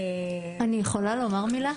אני יכולה לומר מילה?